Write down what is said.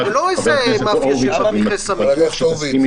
זה לא איזה מאפיה שעכשיו --- חבר הכנסת הורוביץ,